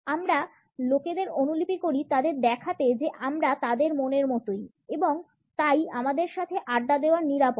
আমরা লোকেদের অনুলিপি করি তাদের দেখাতে যে আমরা তাদের মনের মতোই এবং তাই আমাদের সাথে আড্ডা দেওয়া নিরাপদ